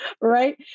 right